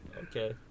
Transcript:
Okay